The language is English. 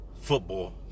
Football